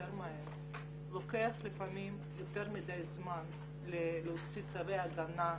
לפעמים לוקח יותר מדי זמן להוציא צווי הגנה לעובדים.